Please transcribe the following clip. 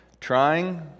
trying